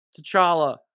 T'Challa